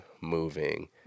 moving